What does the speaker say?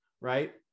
right